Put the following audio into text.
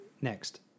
next